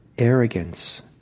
Arrogance